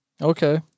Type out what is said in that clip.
okay